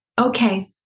Okay